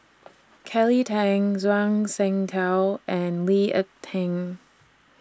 Kelly Tang Zhuang Shengtao and Lee Ek Tieng